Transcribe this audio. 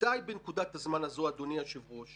כדאי בנקודת הזמן הזו, אדוני היושב-ראש